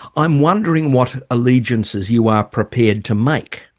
i'm wondering what allegiances you are prepared to make?